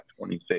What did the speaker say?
26